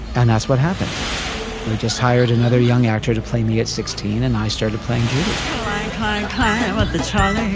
and that's what happened we just hired another young actor to play me at sixteen, and i started playing judy high high and ah at the time